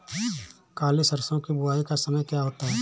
काली सरसो की बुवाई का समय क्या होता है?